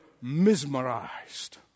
mesmerized